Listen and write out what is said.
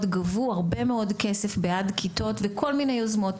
גבו הרבה מאוד כסף בעד כיתות וכל מיני יוזמות,